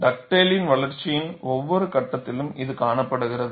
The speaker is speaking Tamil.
டக்டேலின் Dugdale's வளர்ச்சியின் ஒவ்வொரு கட்டத்திலும் இது காணப்படுகிறது